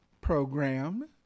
program